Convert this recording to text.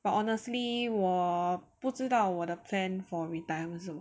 but honestly 我不知道我的 plan for retirement 是什么